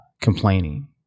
complaining